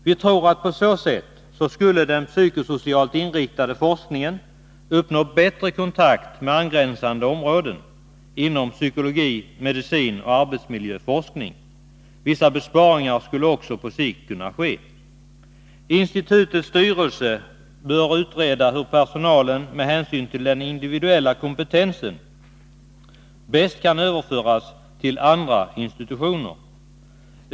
Vi tror att på så sätt skulle den psykosocialt inriktade forskningen uppnå bättre kontakt med angränsande områden inom psykologi, medicin och arbetsmiljöforskning. Vissa besparingar skulle då också på sikt kunna ske. 51 Institutets styrelse bör utreda hur personalen med hänsyn till den individuella kompetensen bäst kan överföras till andra institutioner.